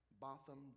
Botham